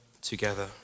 together